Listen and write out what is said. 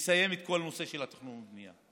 לסיים את כל הנושא של תכנון ובנייה.